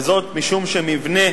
משום שמבנה